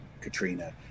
Katrina